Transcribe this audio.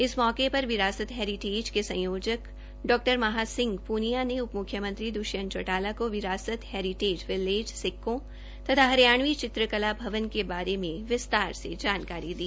इस मौके पर विरासत हेरिटेज के संयोजक डा महासिंह पूनिया ने उपमुख्यमंत्री द्ष्यंत चौटाला को विरासत हेरिटेज विलेज सिक्कों तथा हरियाणवी चित्रकला भवन के बारे में विस्तार से जानकारी दी